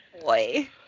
boy